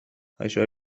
això